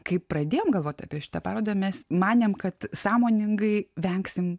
kai pradėjom galvot apie šitą parodą mes manėm kad sąmoningai vengsim